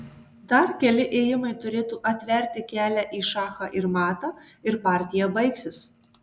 dar keli ėjimai turėtų atverti kelią į šachą ir matą ir partija baigsis